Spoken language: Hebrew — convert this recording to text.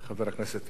הכנסת בן-ארי.